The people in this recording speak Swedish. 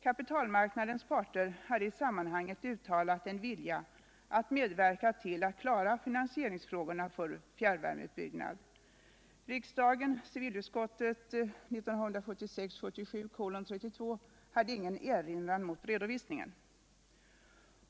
Kapitalmarknadens parter hade i sammanhanget uttalat en vilja att medverka till att klara finansieringsfrågorna för fjärrvärmeutbyggnad. Riksdagen hade ingen erinran mot redovisningen.